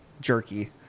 jerky